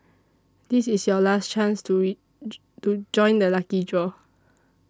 this is your last chance to join the lucky draw